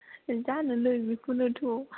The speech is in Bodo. जानोलै बेखौनोथ'